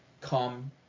come